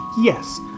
Yes